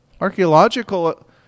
Archaeological